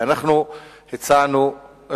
אנחנו הצענו,